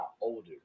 older